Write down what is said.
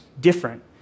different